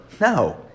No